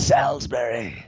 Salisbury